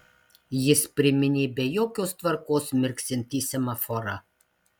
jis priminė be jokios tvarkos mirksintį semaforą